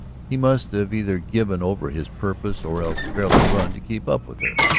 he must have either given over his purpose or else fairly run to keep up with her.